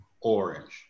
orange